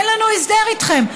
אין לנו הסדר איתכם.